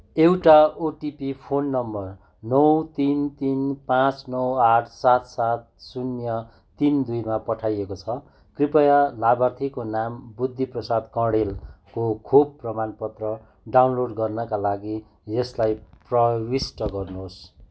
एउटा OTP phone number नौ तिन तिन पाँच नौ आठ सात सात शून्य तिन दुईमा पठाइएको छ कृपया लाभार्थीको नाम बुद्धि प्रसाद कँडेलको खोप प्रमाणपत्र डाउनलोड गर्नाका लागि यसलाई प्रविष्ट गर्नुहोस्